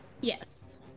Yes